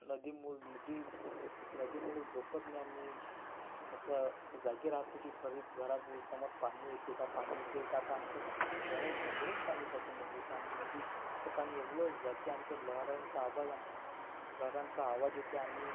नदी मु नदी नदीमुळे झोपत नाही आणि असं जागे राहते की कधी घरापुसमोर पाणी येते का पाणी येते का तर आमच्या घरासमोरून पाणी जाते नदीचं आणि नदीचं पाणी एवढं जाते आणि त्या लहरांचा आवाज आणि चा लहरांचा आवाज येते आणि